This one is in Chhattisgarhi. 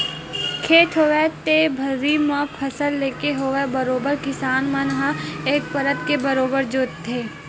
खेत होवय ते भर्री म फसल लेके होवय बरोबर किसान मन ह एक परत के बरोबर जोंतथे